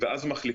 שמירת מרחק